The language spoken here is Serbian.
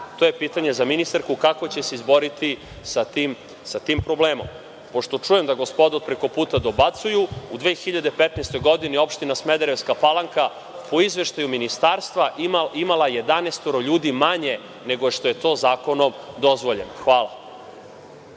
To je pitanje za ministarku, kako će se izboriti sa tim problemom? Pošto čujem da gospoda od preko puta dobacuju, u 2015. godini Opština Smederevska Palanka po izveštaju ministarstva je imala 11 ljudi manje nego što je zakonom dozvoljeno. Hvala.